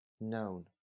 known